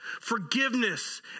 forgiveness